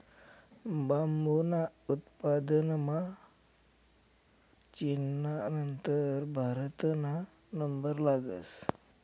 बांबूना उत्पादनमा चीनना नंतर भारतना नंबर लागस